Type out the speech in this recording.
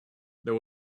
there